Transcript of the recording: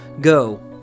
Go